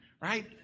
right